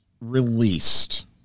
released